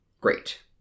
Great